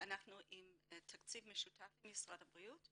אנחנו עם תקציב משותף למשרד הבריאות,